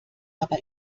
aber